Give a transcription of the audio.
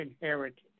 inherited